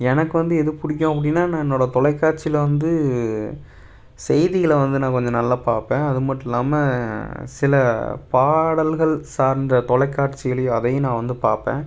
எனக்கு வந்து எது பிடிக்கும் அப்படின்னா நான் என்னோடய தொலைக்காட்சியில் வந்து செய்திகளை வந்து நான் கொஞ்சம் நல்லா பார்ப்பேன் அது மட்டும் இல்லாமல் சில பாடல்கள் சார்ந்த தொலைக்காட்சிகளையும் அதையும் நான் வந்து பார்ப்பேன்